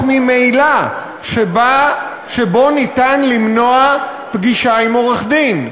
ממילא שבו ניתן למנוע פגישה עם עורך-דין,